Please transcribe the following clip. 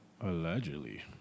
Allegedly